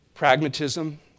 Pragmatism